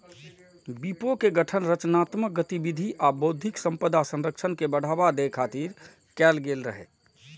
विपो के गठन रचनात्मक गतिविधि आ बौद्धिक संपदा संरक्षण के बढ़ावा दै खातिर कैल गेल रहै